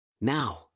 Now